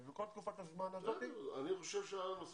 ובכל תקופת הזמן הזאת --- בסדר, אני חושב שהנושא